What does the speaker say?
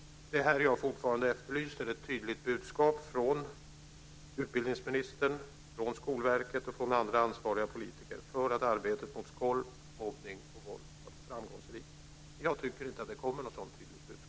Det är här jag fortfarande efterlyser ett tydligt budskap från utbildningsministern, från Skolverket och från andra ansvariga politiker för att arbetet mot skolk, mobbning och våld ska bli framgångsrikt. Jag tycker inte att det kommer något sådant tydligt budskap.